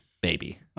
Baby